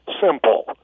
Simple